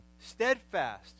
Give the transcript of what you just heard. steadfast